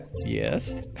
Yes